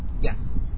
Yes